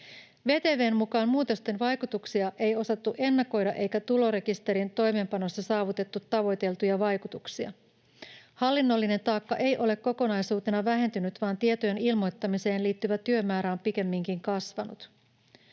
VTV:n mukaan muutosten vaikutuksia ei osattu ennakoida eikä tulorekisterin toimeenpanossa saavutettu tavoiteltuja vaikutuksia. Hallinnollinen taakka ei ole kokonaisuutena vähentynyt, vaan tietojen ilmoittamiseen liittyvä työmäärä on pikemminkin kasvanut.